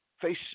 face